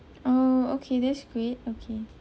oh okay that's great okay